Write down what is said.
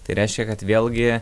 tai reiškia kad vėlgi